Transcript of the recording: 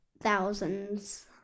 thousands